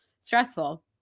stressful